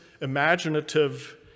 imaginative